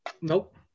Nope